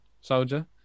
soldier